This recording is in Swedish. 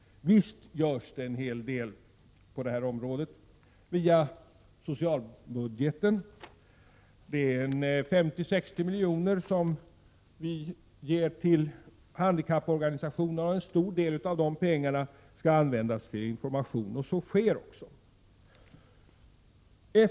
Visst görs det en hel del på det här området via socialbudgeten. Vi ger 50—60 milj.kr. till handikapporganisationer. En stor del av dessa pengar skall användas till information, och så sker också.